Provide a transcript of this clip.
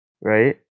Right